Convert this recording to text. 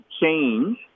change